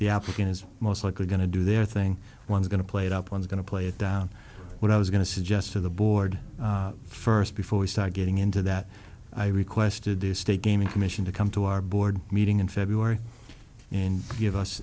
the applicant is most likely going to do their thing one is going to play it up one's going to play it down but i was going to suggest to the board first before we start getting into that i requested this state gaming commission to come to our board meeting in february and give us